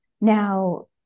Now